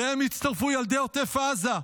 אליהם יצטרפו ילדי עוטף עזה.